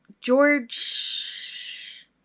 George